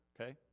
okay